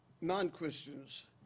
non-Christians